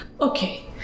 okay